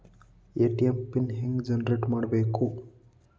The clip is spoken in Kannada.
ಎ.ಟಿ.ಎಂ ಪಿನ್ ಹೆಂಗ್ ಜನರೇಟ್ ಮಾಡಬೇಕು?